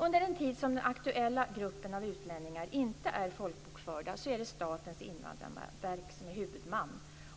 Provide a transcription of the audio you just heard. Under den tid som den aktuella gruppen av utlänningar inte är folkbokförda är Statens invandrarverk huvudman.